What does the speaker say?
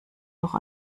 noch